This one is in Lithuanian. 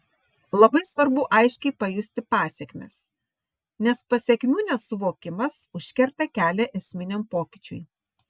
labai svarbu aiškiai pajusti pasekmes nes pasekmių nesuvokimas užkerta kelią esminiam pokyčiui